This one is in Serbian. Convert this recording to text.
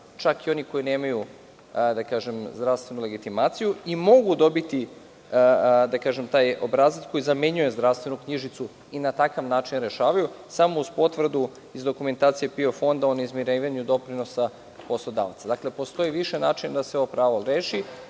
čak i oni koji nemaju zdravstvenu legitimaciju, i mogu dobiti taj obrazac koji zamenjuje zdravstvenu knjižicu i na takav način rešavaju svoju situaciju, samo uz potvrdu iz dokumentacije PIO fonda o neizmirivanju doprinosa poslodavca. Znači, postoji više načina da se ovo pravo reši. Mi